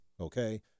okay